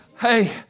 Hey